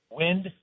wind